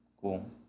Cool